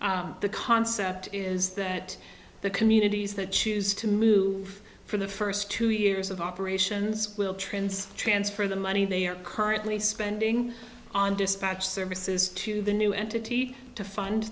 the concept is that the communities that choose to move for the first two years of operations will transfer transfer the money they are currently spending on dispatch services to the new entity to find